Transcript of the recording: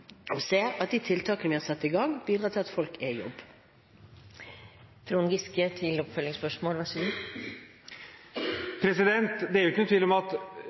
se at de tiltakene vi har satt i gang, bidrar til at folk er i jobb.